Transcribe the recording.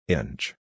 Inch